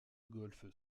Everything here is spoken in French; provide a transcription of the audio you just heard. golf